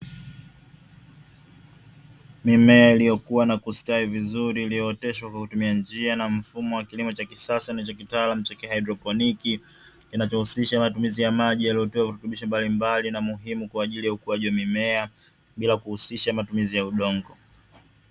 Mimea iliyokuwa na kustawi vizuri iliyooteshwa kwa kutumia njia na mfumo wa kilimo cha kisasa, na cha kitaalamu cha kihairoponiki, kinachohusisha na matumizi ya maji yaliyotiwa virutubisho mbalimbali vya muhimu kwa ajili ya ukuaji wa mimea, bila kuhusisha matumizi ya udongo.